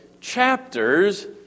Chapters